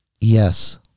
Yes